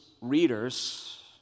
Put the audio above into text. readers